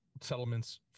settlements